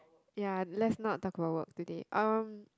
ya let's not talk about work today um